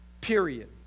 Period